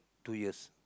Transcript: two years